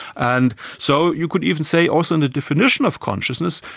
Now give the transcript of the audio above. and so you could even say also in the definition of consciousness,